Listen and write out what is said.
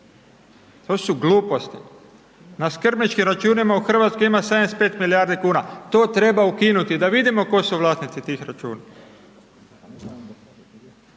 To su gluposti. Na skrbničkim računima u Hrvatskoj 75 milijardi kuna, to treba ukinuti, da vidimo tko su vlasnici tih računa.